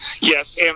Yes